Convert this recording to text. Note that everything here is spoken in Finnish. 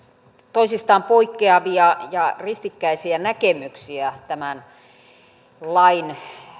toisistaan poikkeavia ja ristikkäisiä näkemyksiä tämän lain